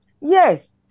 Yes